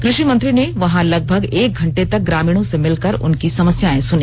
कृषि मंत्री ने वहां लगभग एक घंटे तक ग्रामीणों से मिलकर उनकी समस्याएं सुनी